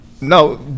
No